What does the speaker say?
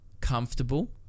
comfortable